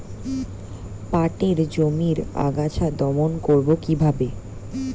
পাটের জমির আগাছা দমন করবো কিভাবে?